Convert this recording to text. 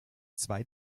zwei